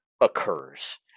occurs